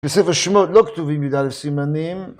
בספר שמות לא כתובים יד'סימנים